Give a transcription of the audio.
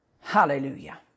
Hallelujah